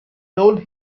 told